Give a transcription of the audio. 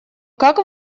как